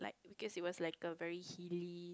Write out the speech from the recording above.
because it was like a very Heely